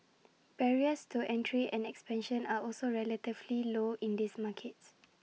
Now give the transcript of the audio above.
barriers to entry and expansion are also relatively low in these markets